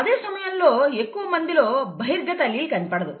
అదే సమయంలో ఎక్కువమందిలో బహిర్గత అల్లీల్ కనిపించదు